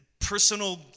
personal